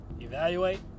evaluate